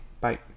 Bye